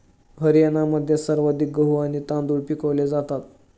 हरियाणामध्ये सर्वाधिक गहू आणि तांदूळ पिकवले जातात